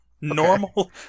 Normal